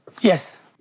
Yes